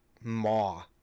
maw